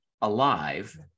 alive